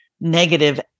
negative